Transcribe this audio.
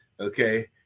Okay